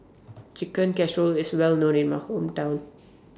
Chicken Casserole IS Well known in My Hometown